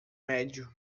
médio